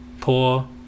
poor